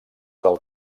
del